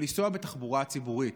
ולנסוע בתחבורה ציבורית.